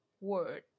word